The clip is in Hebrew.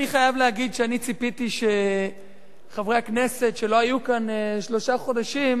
אני חייב להגיד שציפיתי שחברי הכנסת שלא היו כאן שלושה חודשים